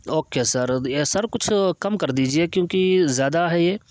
okay sir sir کچھ کم کر دیجیے کیونکہ زیادہ ہے یہ